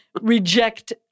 reject